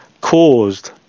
caused